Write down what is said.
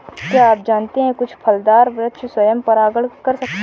क्या आप जानते है कुछ फलदार वृक्ष स्वयं परागण कर सकते हैं?